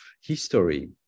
history